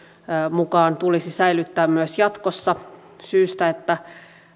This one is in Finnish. mukaan tulisi säilyttää myös jatkossa syystä että